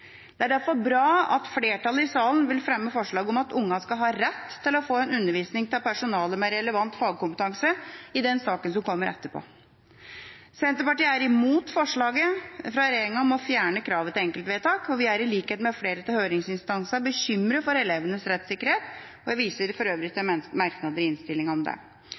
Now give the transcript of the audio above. Det er derfor bra at flertallet i salen i en sak som kommer etterpå, vil fremme forslag om at ungene skal ha rett til å få undervisning av personale med relevant fagkompetanse. Senterpartiet er imot forslaget fra regjeringa om å fjerne kravet til enkeltvedtak. Vi er i likhet med flere av høringsinstansene bekymret for elevenes rettssikkerhet. Jeg viser for øvrig til merknad i innstillinga om det.